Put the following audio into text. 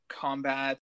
combat